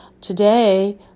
today